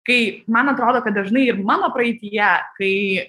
kai man atrodo kad dažnai ir mano praeityje kai